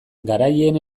garaileen